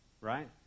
right